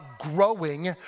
growing